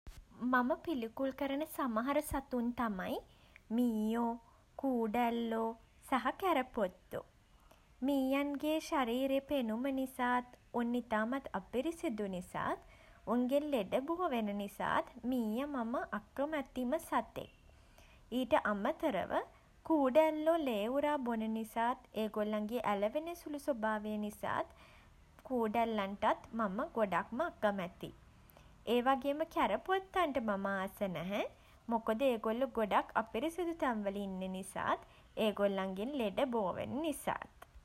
මම පිළිකුල් කරන සමහර සතුන් තමයි මීයෝ කූඩැල්ලෝ සහ කැරපොත්තෝ. මීයන්ගේ ශරීරයේ පෙනුම නිසාත් උන් ඉතාමත් අපිරිසිදු නිසාත් උන්ගෙන් ලෙඩ බෝවෙන නිසාත් මීයා මම අකමැතිම සතෙක්. ඊට අමතරව කූඩැල්ලෝ ලේ උරා බොන නිසාත් ඒගොල්ලන්ගේ ඇලවෙන සුළු ස්වභාවය නිසාත් කූඩැල්ලන්ටත් මම ගොඩක්ම අකමැතියි. ඒ වගේම කැරපොත්තන්ට මම ආස නැහැ, මොකද ඒ ගොල්ලො ගොඩක් අපිරිසිදු තැන්වල ඉන්න නිසාත් ඒගොල්ලන්ගෙන් ලෙඩ බෝ වෙන නිසාත්.